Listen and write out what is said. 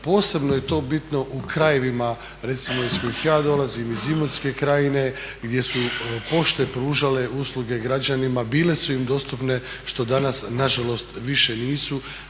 Posebno je to bitno u krajevima recimo iz kojih ja dolazim, iz Imotske krajine gdje su pošte pružale usluge građanima, bile su im dostupne što danas nažalost više nisu,